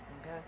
Okay